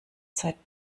seit